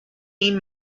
این